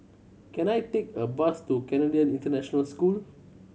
can I take a bus to Canadian International School